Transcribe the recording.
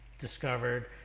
discovered